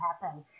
happen